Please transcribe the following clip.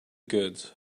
goods